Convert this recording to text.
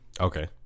Okay